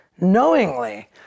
knowingly